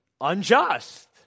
unjust